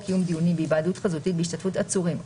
קיום דיונים בהיוועדות חזותית בהשתתפות עצורים,